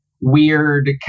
weird